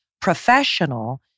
professional